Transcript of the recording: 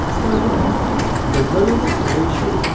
अस्माकं बेङ्गळूरुप्रदेशे